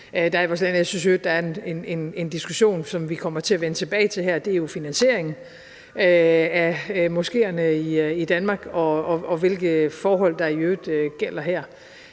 der er en diskussion, som vi kommer til at vende tilbage til, nemlig finansieringen af moskeerne i Danmark, og hvilke forhold der i øvrigt gælder her.